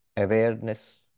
Awareness